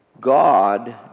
God